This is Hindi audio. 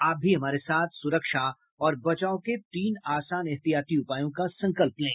आप भी हमारे साथ सुरक्षा और बचाव के तीन आसान एहतियाती उपायों का संकल्प लें